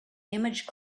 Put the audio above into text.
image